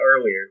earlier